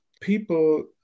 people